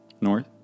North